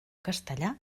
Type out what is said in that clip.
castellà